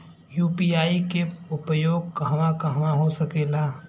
UPI के उपयोग कहवा कहवा हो सकेला?